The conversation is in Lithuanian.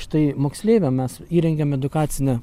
štai moksleiviam mes įrengėm edukacinę